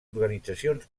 organitzacions